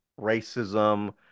racism